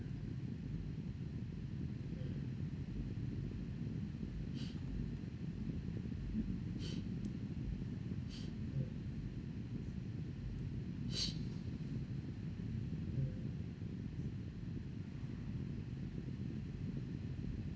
mm mm